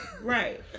right